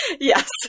Yes